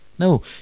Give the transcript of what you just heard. No